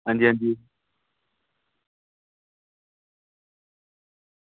हां जी हां जी